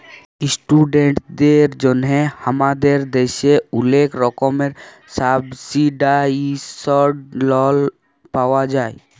ইশটুডেন্টদের জন্হে হামাদের দ্যাশে ওলেক রকমের সাবসিডাইসদ লন পাওয়া যায়